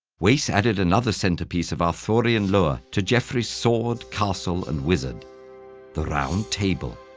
wace added another centerpiece of arthurian lore to geoffrey's sword, castle, and wizard the round table.